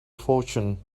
fortune